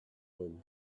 them